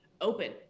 open